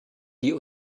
die